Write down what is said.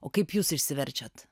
o kaip jūs išsiverčiat